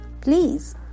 Please